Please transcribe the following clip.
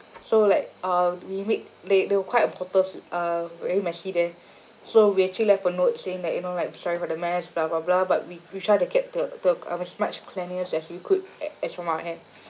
so like uh we made they they were quite a proper uh very messy there so we actually left a note saying that you know like sorry for the mess blah blah blah but we we try to get the the uh as much cleanliness as we could as from our hand